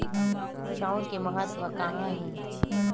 चांउर के महत्व कहां हे?